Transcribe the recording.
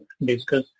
discuss